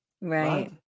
Right